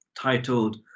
titled